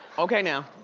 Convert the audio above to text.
okay now,